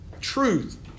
truth